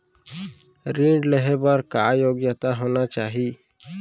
ऋण लेहे बर का योग्यता होना चाही?